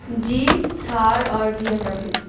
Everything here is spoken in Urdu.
جیپ تھار اور بی ایم ڈبلیو